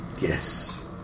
Yes